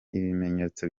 ibimenyetso